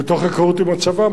מתוך היכרות עם הצבא,